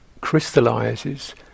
crystallizes